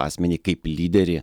asmenį kaip lyderį